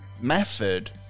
method